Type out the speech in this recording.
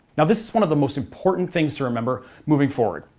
yeah this is one of the most important things to remember moving forward.